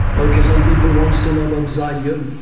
okay, some people wants to know about ziege